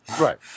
Right